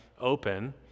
open